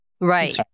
Right